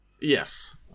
Yes